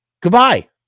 goodbye